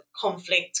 conflict